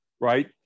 right